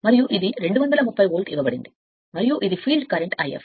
మరియు ఇది 230 వోల్ట్ ఇవ్వబడింది మరియు ఇది ఫీల్డ్ కరెంట్ ఉంటే